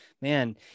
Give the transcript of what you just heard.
man